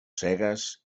cegues